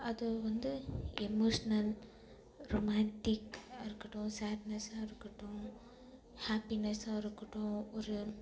அது வந்து எமோஷ்னல் ரொமான்டிக்காக இருக்கட்டும் சாட்னஸ்ஸாக இருக்கட்டும் ஹேப்பினஸ்ஸாக இருக்கட்டும் ஒரு